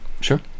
sure